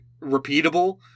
repeatable